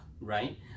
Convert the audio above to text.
right